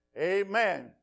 Amen